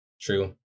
True